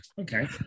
Okay